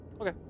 okay